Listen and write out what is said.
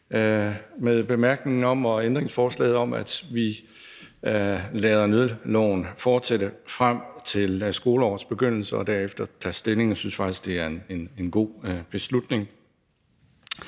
ændringsforslaget om, at vi lader nødloven fortsætte frem til skoleårets begyndelse og derefter tager stilling til det. Jeg synes faktisk, det er en god beslutning.